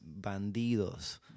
Bandidos